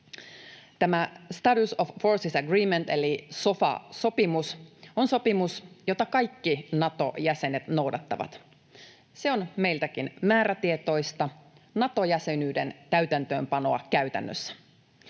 Tämä status of forces agreement- eli sofa-sopimus on sopimus, jota kaikki Nato-jäsenet noudattavat. Se on meiltäkin määrätietoista Nato-jäsenyyden täytäntöönpanoa käytännössä.